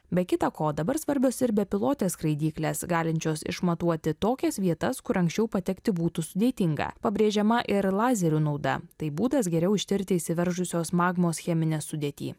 be kita ko dabar svarbios ir bepilotes skraidyklės galinčios išmatuoti tokias vietas kur anksčiau patekti būtų sudėtinga pabrėžiama ir lazerių nauda tai būdas geriau ištirti išsiveržusios magmos cheminę sudėtį